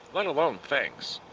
let alone fangs.